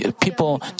People